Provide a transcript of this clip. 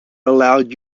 allowed